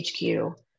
HQ